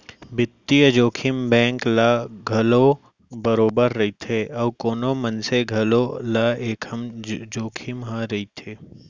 बित्तीय जोखिम बेंक ल घलौ बरोबर रइथे अउ कोनो मनसे घलौ ल ए जोखिम ह रइथे